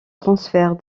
transfert